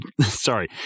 Sorry